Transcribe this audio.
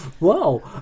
Wow